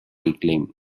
reclaimed